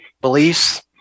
beliefs